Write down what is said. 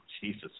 Jesus